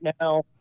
now